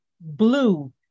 Blue